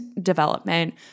development